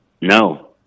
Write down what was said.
no